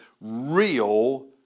real